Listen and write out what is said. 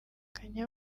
kanye